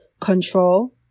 Control